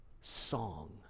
song